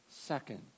second